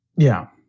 yeah,